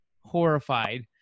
horrified